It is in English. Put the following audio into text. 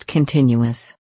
Continuous